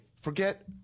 Forget